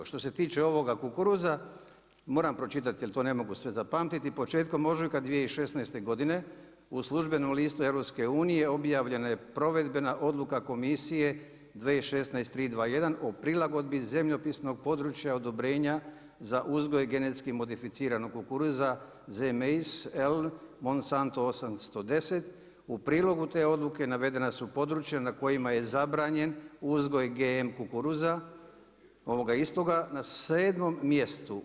Što se tiče ovoga kukuruza, moram pročitati, jer to ne mogu sve zapamtiti, početkom ožujka 2016. godine, u službenom listu EU-a, objavljena je provedbena Odluka komisije 2016/321 o prilagodbi zemljopisnog područja odobrenja za uzgoj GMO kukuruza Z maize L Monstanto 810, u prilogu te odluke navedena su područja na kojima je zabranjen uzgoja GMO kukuruza ovoga istoga na sedmom mjestu.